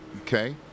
Okay